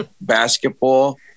basketball